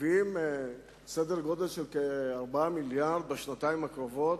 מביאים לסדר-גודל של כ-4 מיליארדים בשנתיים הקרובות,